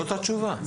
זאת התשובה.